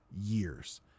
years